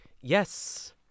Yes